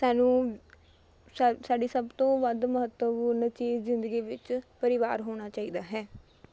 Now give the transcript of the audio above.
ਸਾਨੂੰ ਸਾਡੀ ਸਾਡੀ ਸਭ ਤੋਂ ਵੱਧ ਮਹੱਤਵਪੂਰਨ ਚੀਜ਼ ਜ਼ਿੰਦਗੀ ਵਿੱਚ ਪਰਿਵਾਰ ਹੋਣਾ ਚਾਹੀਦਾ ਹੈ